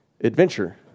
adventure